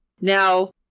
Now